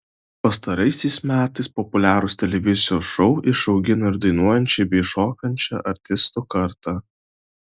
pastaraisiais metais populiarūs televizijos šou išaugino ir dainuojančią bei šokančią artistų kartą